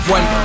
One